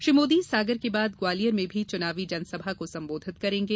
श्री मोदी सागर के बाद ग्वालियर में भी चुनावी जनसभा को संबोधित करेंगे